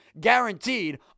guaranteed